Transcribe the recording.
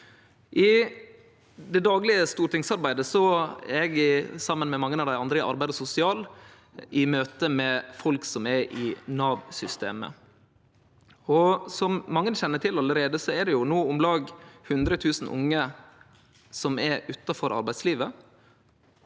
I det daglege stortingsarbeidet er eg, saman med mange av dei andre i arbeids- og sosialkomiteen, i møte med folk som er i Nav-systemet. Som mange kjenner til allereie, er det no om lag 100 000 unge som er utanfor arbeidslivet,